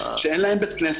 לומר שלא יהיה להם בית כנסת,